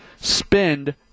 spend